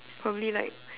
probably like